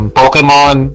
Pokemon